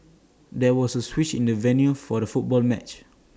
there was A switch in the venue for the football match